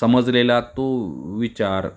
समजलेला तो विचार